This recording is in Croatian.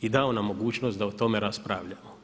i dao nam mogućnost da o tome raspravljamo.